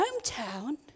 hometown